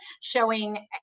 showing